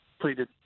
pleaded